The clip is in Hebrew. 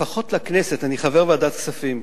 לפחות לכנסת, אני חבר ועדת הכספים,